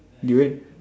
durian